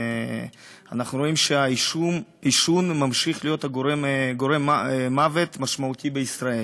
אנחנו רואים שהעישון ממשיך להיות גורם מוות משמעותי בישראל.